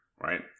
right